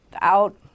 out